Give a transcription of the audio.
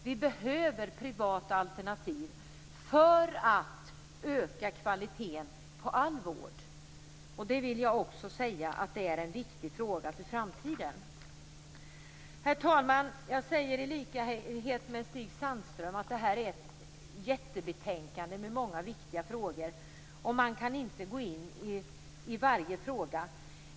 Vi behöver privata alternativ för att öka kvaliteten på all vård. Det vill jag också säga är en viktig fråga för framtiden. Herr talman! Jag säger i likhet med Stig Sandström att det här är ett jättebetänkande med många viktiga frågor, och man kan inte gå in i varje fråga.